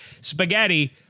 Spaghetti